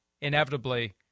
inevitably